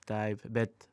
taip bet